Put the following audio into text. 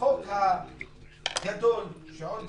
בחוק הגדול, שעוד